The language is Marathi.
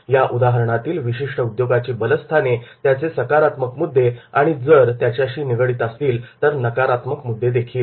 त्या उदाहरणातील विशिष्ट उद्योगाची बलस्थाने त्याचे सकारात्मक मुद्दे आणि जर त्याच्याशी निगडीत असतील तर नकारात्मक मुद्दे देखील